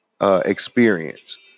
Experience